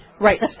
Right